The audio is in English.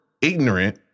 ignorant